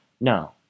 No